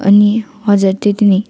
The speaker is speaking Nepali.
अनि हजुर त्यति नै